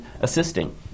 assisting